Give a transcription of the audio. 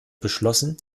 beschlossen